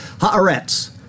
Haaretz